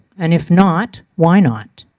and if not, why not?